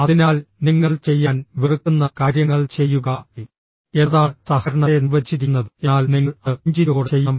അതിനാൽ നിങ്ങൾ ചെയ്യാൻ വെറുക്കുന്ന കാര്യങ്ങൾ ചെയ്യുക എന്നതാണ് സഹകരണത്തെ നിർവചിച്ചിരിക്കുന്നത് എന്നാൽ നിങ്ങൾ അത് പുഞ്ചിരിയോടെ ചെയ്യണം